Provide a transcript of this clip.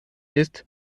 ist